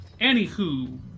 Anywho